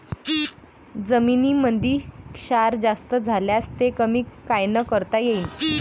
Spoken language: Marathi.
जमीनीमंदी क्षार जास्त झाल्यास ते कमी कायनं करता येईन?